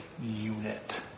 unit